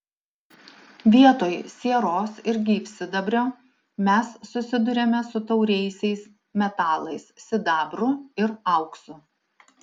vietoj sieros ir gyvsidabrio mes susiduriame su tauriaisiais metalais sidabru ir auksu